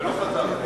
ולא חזרתי אליך.